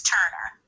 Turner